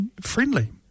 friendly